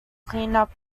cleanup